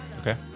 Okay